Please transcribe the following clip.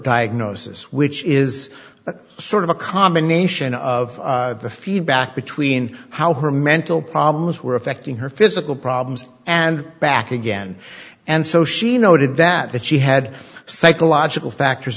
diagnosis which is sort of a combination of the feedback between how her mental problems were affecting her physical problems and back again and so she noted that she had psychological factors